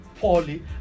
poorly